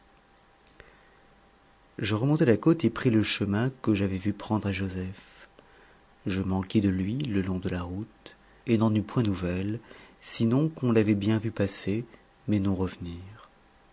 je remontai la côte et pris le chemin que j'avais vu prendre à joseph je m'enquis de lui le long de la route et n'en eus point nouvelles sinon qu'on l'avait bien vu passer mais non revenir